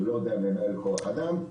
שלא יודע לנהל כוח אדם,